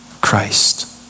Christ